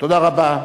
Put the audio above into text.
תודה רבה.